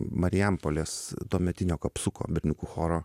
marijampolės tuometinio kapsuko berniukų choro